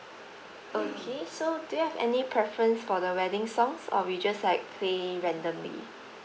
okay so do you have any preference for the wedding songs or we just like playing randomly